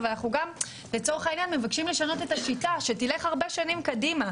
אבל אנחנו גם מבקשים לשנות את השיטה שתלך הרבה שנים קדימה,